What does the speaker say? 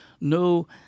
no